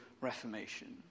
reformation